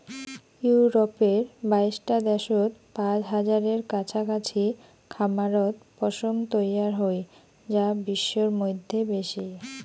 ইউরপের বাইশটা দ্যাশত পাঁচ হাজারের কাছাকাছি খামারত পশম তৈয়ার হই যা বিশ্বর মইধ্যে বেশি